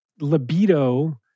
libido